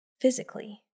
physically